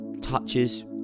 touches